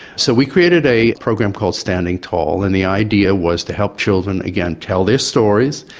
so we created a program called standing tall and the idea was to help children again tell their stories,